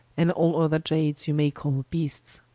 and all other iades you may call beasts